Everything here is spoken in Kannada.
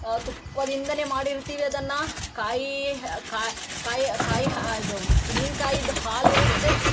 ತುಪ್ಪದಿಂದಲೇ ಮಾಡಿರ್ತೀವಿ ಅದನ್ನು ಕಾಯಿ ಕಾಯಿ ಕಾಯಿ ಇದು ತೆಂಗಿನಕಾಯದ್ದು ಹಾಲಿರುತ್ತೆ